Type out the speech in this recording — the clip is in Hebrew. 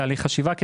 בתהליך חשיבה,